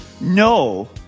no